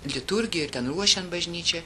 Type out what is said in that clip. liturgija ir ten ruošiant bažnyčią